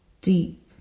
deep